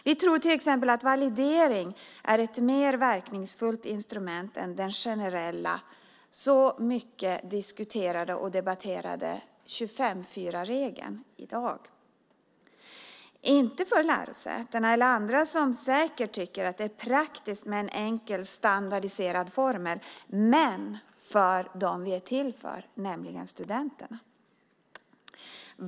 Vi tror till exempel att validering är ett mer verkningsfullt instrument än den generella så mycket diskuterade och debatterade 25:4-regeln i dag - inte för lärosätena eller andra som säkert tycker att det är praktiskt med en enkel standardiserad formel, men för dem det är till för, nämligen studenterna.